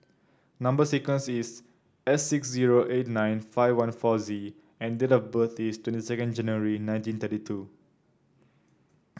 number sequence is S six zero eight nine five one four Z and date of birth is twenty second January nineteen thirty two